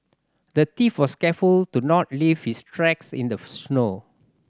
the thief was careful to not leave his tracks in the snow